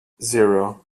zero